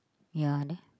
ya there